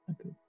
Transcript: Okay